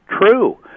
true